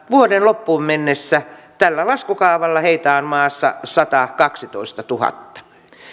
vuoden loppuun mennessä tällä laskukaavalla heitä on maassa satakaksitoistatuhatta